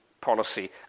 policy